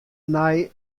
nei